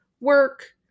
work